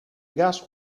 gas